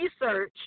research